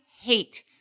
hate